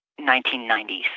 1990s